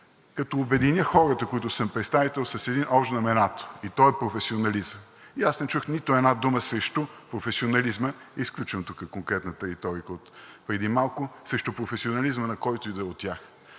като обединя хората, които съм представил, с един общ знаменател и той е професионализъм. Аз не чух нито една дума срещу професионализма, изключвам тук конкретната риторика от преди малко, срещу професионализма на когото и да е от тях.